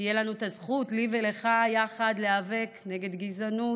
תהיה לנו הזכות, לי ולך יחד, להיאבק נגד גזענות,